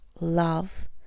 love